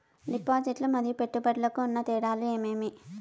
డిపాజిట్లు లు మరియు పెట్టుబడులకు ఉన్న తేడాలు ఏమేమీ?